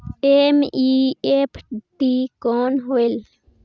NEFT कौन होएल?